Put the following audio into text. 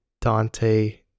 Dante